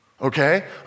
okay